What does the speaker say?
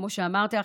כמו שאמרתי לך,